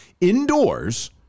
indoors